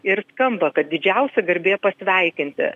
ir skamba kad didžiausia garbė pasveikinti